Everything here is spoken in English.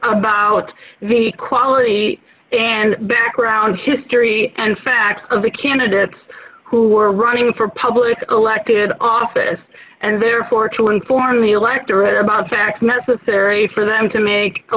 about the quality and background history and facts of the candidates who were running for public elected office and therefore to inform the electorate about the fact necessary for them to make a